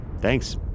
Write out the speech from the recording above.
Thanks